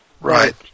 Right